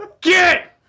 get